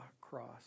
cross